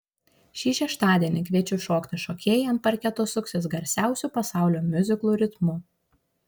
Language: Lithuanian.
šį šeštadienį kviečiu šokti šokėjai ant parketo suksis garsiausių pasaulio miuziklų ritmu